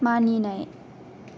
मानिनाय